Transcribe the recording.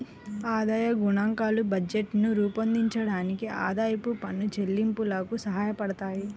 ఆదాయ గణాంకాలు బడ్జెట్లను రూపొందించడానికి, ఆదాయపు పన్ను చెల్లింపులకు సహాయపడతాయి